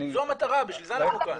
זו המטרה, בשביל זה אנחנו כאן.